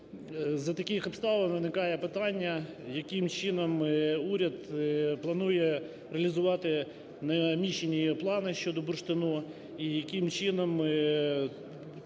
за таких обставин виникає питання, яким чином уряд планує реалізувати намічені плани щодо бурштину і яким чином